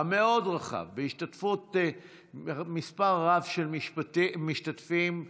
המאוד-רחב בהשתתפות מספר רב של משתתפים.